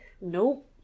nope